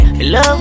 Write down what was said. Hello